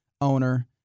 owner